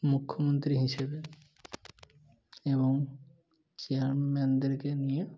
মুখ্যমন্ত্রী হিসেবে এবং চেয়ারম্যানদেরকে নিয়ে